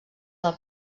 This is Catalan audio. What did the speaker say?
del